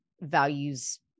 values